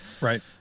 Right